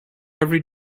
every